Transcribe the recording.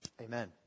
amen